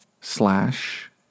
slash